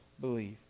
believe